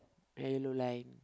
very low line